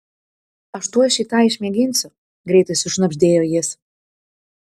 aš tuoj šį tą išmėginsiu greitai sušnabždėjo jis